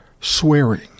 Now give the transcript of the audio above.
swearing